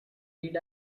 did